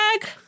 bag